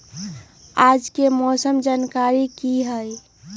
आज के मौसम के जानकारी कि हई?